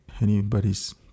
anybody's